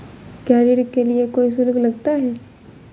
क्या ऋण के लिए कोई शुल्क लगता है?